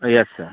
yes sir